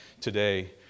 today